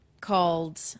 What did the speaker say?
called